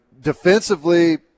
Defensively